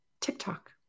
TikTok